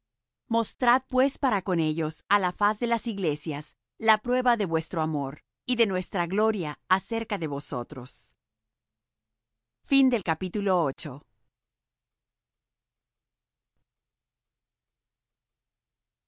mostrad pues para con ellos á la faz de las iglesias la prueba de vuestro amor y de nuestra gloria acerca de vosotros